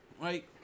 right